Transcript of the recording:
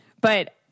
But-